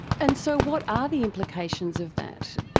and so what are the implications of that?